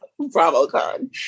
BravoCon